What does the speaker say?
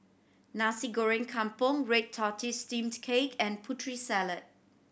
Nasi Goreng Kampung red tortoise steamed cake and Putri Salad